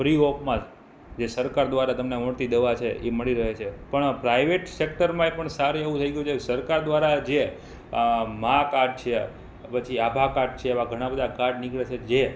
free વોકમાં જ જે સરકાર દ્વારા તમને મળતી દવા છે એ મળી રહે છે પણ પ્રાઈવેટ સેક્ટરમાં પણ એક સારું એવું થઈ ગયું છે સરકાર દ્વારા જે માં કાર્ડ છે પછી આભા છે એવા ઘણા બધા કાર્ડ નીકળે છે જે